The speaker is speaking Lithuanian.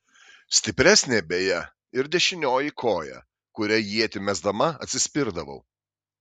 stipresnė beje ir dešinioji koja kuria ietį mesdama atsispirdavau